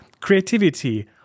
Creativity